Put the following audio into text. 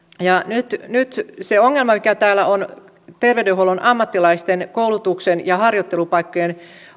nyt nyt se ongelma mikä täällä on terveydenhuollon ammattilaisten koulutuksen ja harjoittelupaikkojen